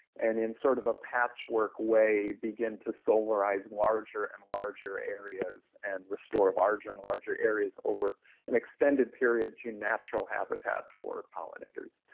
and in sort of a patchwork way, begin to solarize larger, and larger areas and restore larger and larger areas, over an extended period, to natural habitats for pollinators.